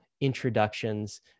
introductions